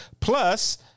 plus